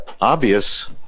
obvious